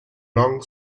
long